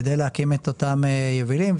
כדי להקים את אותם יבילים,